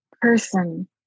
person